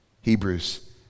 Hebrews